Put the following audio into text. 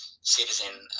citizen